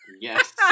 yes